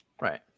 Right